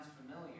familiar